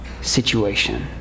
situation